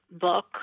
book